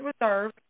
reserve